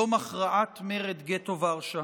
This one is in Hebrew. יום הכרעת מרד גטו ורשה,